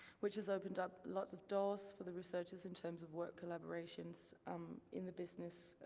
which has opened up lots of doors for the researchers in terms of work collaborations in the business,